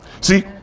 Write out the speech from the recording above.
See